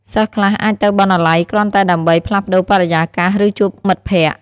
សិស្សខ្លះអាចទៅបណ្ណាល័យគ្រាន់តែដើម្បី ផ្លាស់ប្ដូរបរិយាកាស ឬជួបមិត្តភក្តិ។